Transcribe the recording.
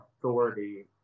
authority